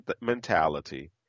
mentality